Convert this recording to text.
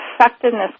effectiveness